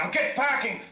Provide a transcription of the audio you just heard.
get packing!